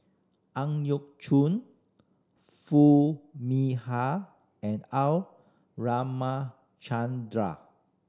Ang Yau Choon Foo Mee Har and R Ramachandran